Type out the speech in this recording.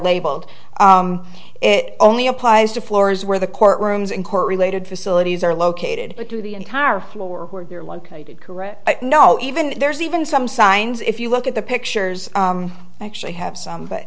labeled it only applies to floors where the court rooms in court related facilities are located but to the entire floor where they're located correct i know even there's even some signs if you look at the pictures i actually have some but